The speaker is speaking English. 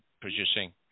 producing